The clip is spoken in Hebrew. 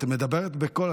את מדברת בקול.